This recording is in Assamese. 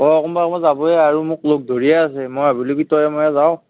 অঁ কোনোবা কোনোবা যাবোৱে আৰু মোক লগ ধৰিয়ে আছে মই ভাবিলোঁ কি তয়ে ময়ে যাওঁ